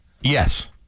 Yes